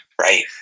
Right